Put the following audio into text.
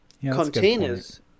containers